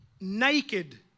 naked